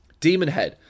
Demonhead